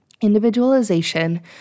individualization